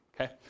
okay